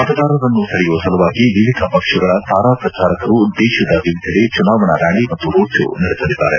ಮತದಾರರನ್ನು ಸೆಳೆಯುವ ಸಲುವಾಗಿ ವಿವಿಧ ಪಕ್ಷಗಳ ತಾರಾ ಪ್ರಚಾರಕರು ದೇಶದ ವಿವಿಧೆಡೆ ಚುನಾವಣಾ ರ್ನಾಲಿ ಮತ್ತು ರೋಡ್ ಶೋ ನಡೆಸಲಿದ್ದಾರೆ